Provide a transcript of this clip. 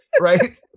right